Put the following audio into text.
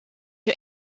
you